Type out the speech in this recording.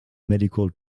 medical